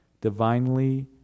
divinely